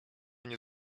nie